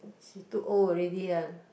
she too old already uh